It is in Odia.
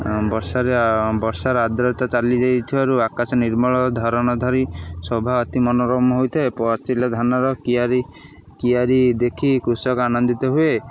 ବର୍ଷାରେ ବର୍ଷାର ଆଦ୍ରତା ଚାଲି ଯାଇ ଥିବାରୁ ଆକାଶ ନିର୍ମଳ ଧରଣୀ ଧର ଶୋଭା ଅତି ମନୋରମ ହୋଇଥାଏ ପାଚିଲା ଧାନର କିଆରୀ କିଆରୀ ଦେଖି କୃଷକ ଆନନ୍ଦିତ ହୁଏ